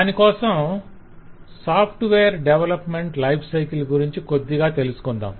దానికోసం software development life cycle గురించి కొద్దిగా తెలుసుకొందాం